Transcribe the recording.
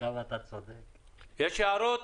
יש הערות?